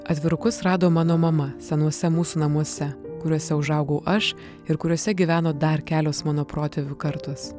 atvirukus rado mano mama senuose mūsų namuose kuriuose užaugau aš ir kuriose gyveno dar kelios mano protėvių kartos